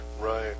right